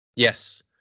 Yes